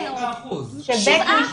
להחליט --- כמה מתוך ה-170 --- 7%,